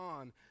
on